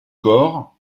corps